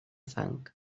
fang